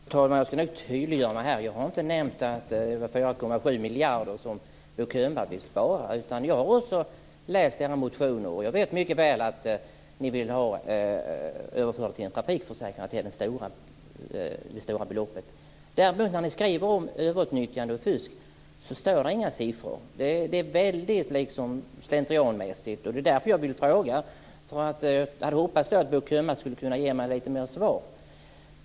Fru talman! Jag ska nog tydliggöra mig här. Jag har inte nämnt att det var 4,7 miljarder som Bo Könberg vill spara. Jag har också läst denna motion. Jag vet mycket väl att ni vill ha en överföring till en trafikförsäkringen och att det är det stora beloppet. När ni däremot skriver om överutnyttjande och fusk står det inga siffror. Det är väldigt slentrianmässigt, liksom. Det är därför jag vill fråga. Jag hade hoppats att Bo Könberg skulle kunna ge mig lite mer svar.